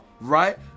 right